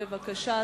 בבקשה,